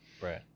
Right